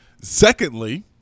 Secondly